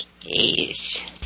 Yes